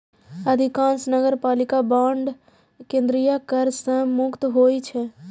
अधिकांश नगरपालिका बांड केंद्रीय कर सं मुक्त होइ छै